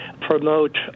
promote